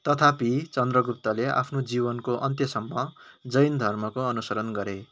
तथापि चन्द्रगुप्तले आफ्नो जीवनको अन्त्यसम्म जैन धर्मको अनुसरण गरे